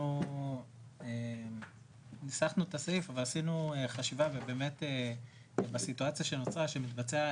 אנחנו ניסחנו את הסעיף אבל עשינו חשיבה ובסיטואציה שנוצרה שמתבצעת